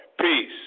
peace